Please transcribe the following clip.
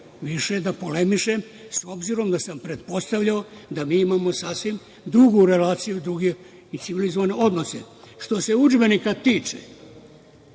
više da polemišem s obzirom da sam pretpostavljao da mi imamo sasvim drugu relaciju, druge i civilizovane odnose. Što se udžbenika tiče,